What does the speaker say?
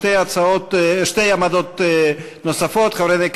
אני מחכה לכך שהממשלה תאותת שהיא מוכנה